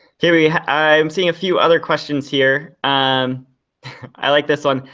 here yeah i'm seeing a few other questions here. um i like this one,